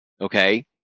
okay